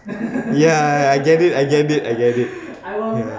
ya I get it I get it I get it ya